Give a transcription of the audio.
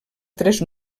tres